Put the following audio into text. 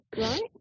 right